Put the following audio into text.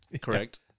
correct